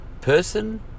person